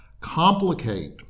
Complicate